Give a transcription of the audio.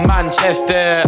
Manchester